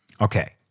Okay